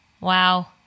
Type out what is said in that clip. Wow